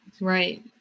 Right